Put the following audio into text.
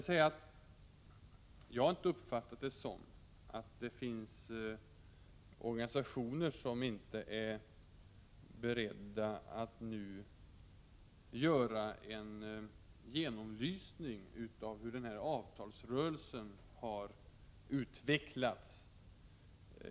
Jag har inte uppfattat det hela så, att det finns organisationer som inte är beredda att nu göra en genomlysning av hur denna avtalsrörelse har utvecklats.